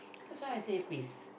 that's why I say please